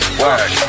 work